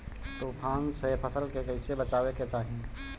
तुफान से फसल के कइसे बचावे के चाहीं?